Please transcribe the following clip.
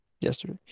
Yesterday